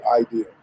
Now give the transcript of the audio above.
idea